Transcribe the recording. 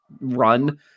run